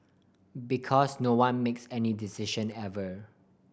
because no one makes any decision ever